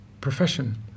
Profession